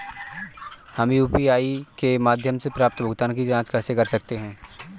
हम यू.पी.आई के माध्यम से प्राप्त भुगतान की जॉंच कैसे कर सकते हैं?